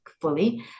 fully